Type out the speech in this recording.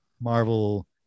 marvel